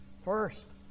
first